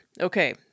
Okay